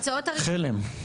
חלם.